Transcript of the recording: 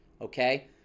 okay